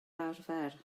arfer